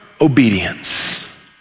obedience